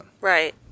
Right